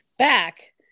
back